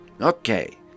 Okay